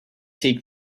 take